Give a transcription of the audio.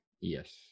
Yes